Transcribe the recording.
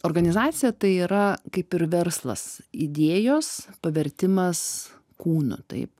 organizacija tai yra kaip ir verslas idėjos pavertimas kūnu taip